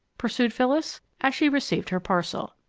pursued phyllis, as she received her parcel.